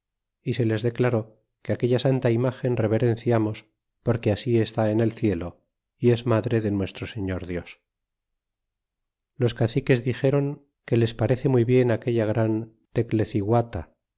y se les declaró que aquella santa imágen reverenciamos porque así está en el cielo y es madre de nuestro señor dios y los caciques dixéron que les parece muy bien aquella gran tecleciguata